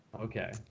Okay